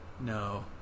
No